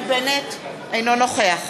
אינו נוכח